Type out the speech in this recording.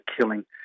killing